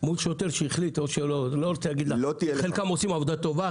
מול שוטר שהחליט חלקם עושים עבודה טובה,